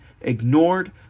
ignored